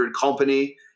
company